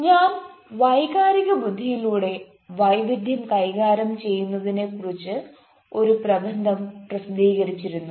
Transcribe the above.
ഞാൻ വൈകാരിക ബുദ്ധിയിലൂടെ വൈവിധ്യം കൈകാര്യം ചെയ്യുന്നതിനെക്കുറിച്ച് ഒരു പ്രബന്ധം പ്രസിദ്ധീകരിച്ചിരുന്നു